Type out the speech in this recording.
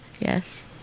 Yes